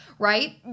right